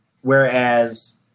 Whereas